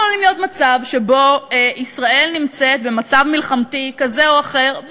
אנחנו עלולים להיות במצב שבו ישראל נמצאת במצב מלחמתי כזה או אחר.